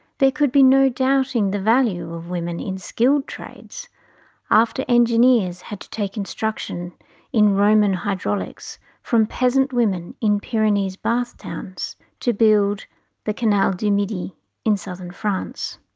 there could be no doubting the value of women in skilled trades after engineers had to take instruction in roman hydraulics from peasant women in pyrenees bath towns to build the canal du midi in southern france.